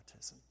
autism